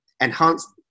enhance